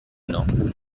know